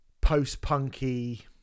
post-punky